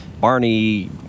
Barney